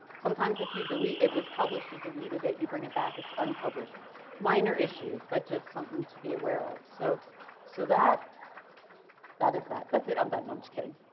sometimes if you delete, it was published you deleted that you bring it back, it's unpublished minor issue. but just something to be aware of. so so that that is that, that's it, i'm done, i'm just kidding.